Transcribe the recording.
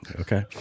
Okay